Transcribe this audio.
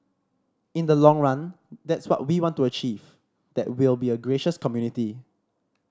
in the long run that's what we want to achieve that we'll be a gracious community